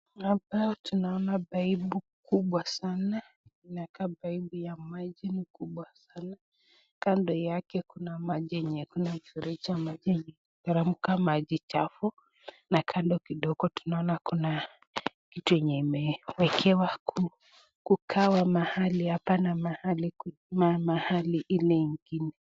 Hapa tunaona paipu kubwa inakaa ni paipu ya maji ni kubwa sana kando yake kuna maji yenye mfrejeji inateremka maji chafu, na kando kidogo tunaona kuna kitu yenye imewekewa kugawa mahali hapa na mahali ile ingine.